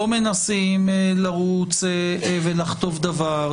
לא מנסים לרוץ ולחטוף דבר,